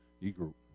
E-group